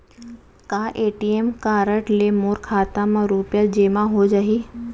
का ATM card ले मोर खाता म रुपिया जेमा हो जाही?